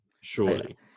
Surely